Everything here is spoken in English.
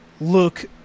look